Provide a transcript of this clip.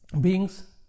beings